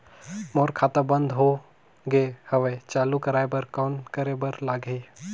मोर खाता बंद हो गे हवय चालू कराय बर कौन करे बर लगही?